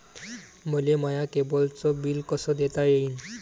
मले माया केबलचं बिल कस देता येईन?